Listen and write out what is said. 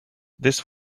this